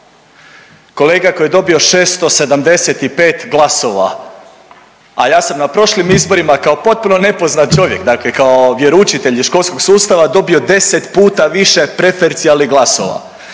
Kolega koji je dobio 675 glasova, a ja sam na prošlim izborima kao potpuno nepoznat čovjek, dakle kao vjeroučitelj iz školskog sustava dobio 10 puta više preferecijalnih glasova.